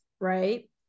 right